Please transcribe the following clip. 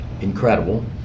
incredible